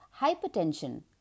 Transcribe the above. hypertension